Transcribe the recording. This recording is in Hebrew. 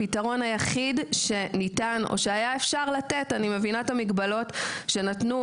הפתרון היחיד שהיה אפשר לתת ואני מבינה את המגבלות ושנתנו